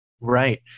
Right